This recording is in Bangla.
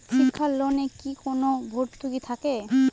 শিক্ষার লোনে কি কোনো ভরতুকি থাকে?